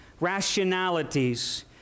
rationalities